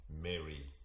Mary